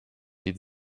die